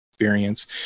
experience